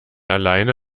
alleine